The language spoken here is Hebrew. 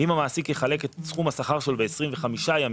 אם המעסיק יחלק את סכום השכר שלו ב-25 ימים,